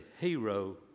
hero